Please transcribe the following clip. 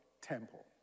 temple